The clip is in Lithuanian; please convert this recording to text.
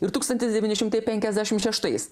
ir tūkstantis devyni šimtai penkiasdešim šeštais